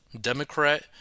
Democrat